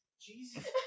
Jesus